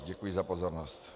Děkuji za pozornost.